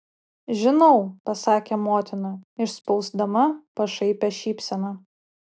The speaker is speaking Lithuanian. žinau pasakė motina išspausdama pašaipią šypseną